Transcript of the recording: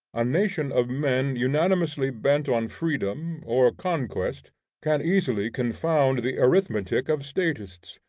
a nation of men unanimously bent on freedom or conquest can easily confound the arithmetic of statists,